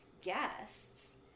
guests